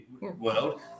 world